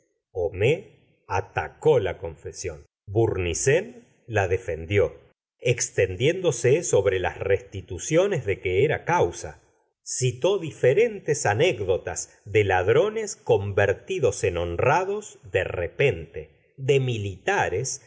confesión homais atacó la confesión bournisien la defendió extendiéndose sobre las restituciones de que era causa citó diferentes anécdotas de ladrones convertidos en honrados de repente de militares